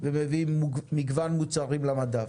ומביאים מגוון מוצרים למדף.